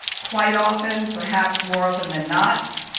quite often, perhaps more often than not,